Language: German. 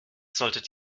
solltet